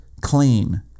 clean